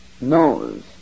knows